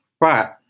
Right